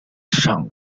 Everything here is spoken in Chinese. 市场